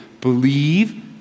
Believe